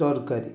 ତରକାରୀ